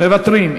מוותרים.